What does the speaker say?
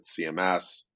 CMS